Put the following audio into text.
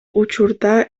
учурда